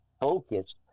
focus